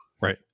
Right